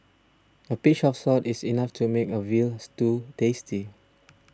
a pinch of salt is enough to make a Veal Stew tasty